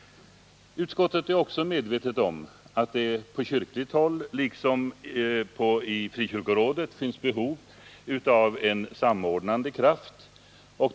Utskottet är också medvetet om att det på kyrkligt håll liksom i Frikyrkorådet finns behov av en samordnande kraft.